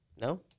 No